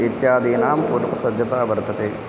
इत्यादीनां पूर्वसज्जता वर्तते